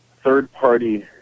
third-party